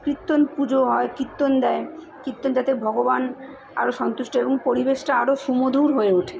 কীর্তন পুজো হয় কীর্তন দেয় কীর্তন যাতে ভগবান আরো সন্তুষ্ট হয় এবং পরিবেশটা আরো সুমধুর হয়ে ওঠে